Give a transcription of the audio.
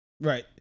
Right